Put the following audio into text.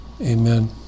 Amen